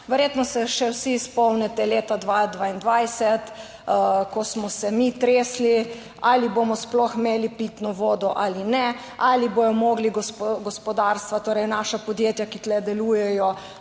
Verjetno se še vsi spomnite leta 2022, ko smo se mi tresli ali bomo sploh imeli pitno vodo ali ne, ali bodo mogli gospodarstva, torej naša podjetja, ki tu delujejo,